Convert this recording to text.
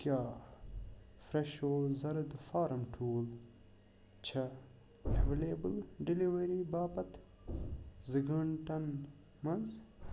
کیٛاہ فرٛٮ۪شو ذرٕد فارٕم ٹھوٗل چھا ایٚویلیبُل ڈِلؤری باپتھ زٕ گھنٛٹَن منٛز